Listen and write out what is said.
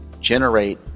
generate